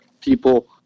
people